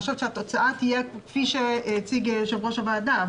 התוצאה תהיה כפי שהציג יושב-ראש הוועדה.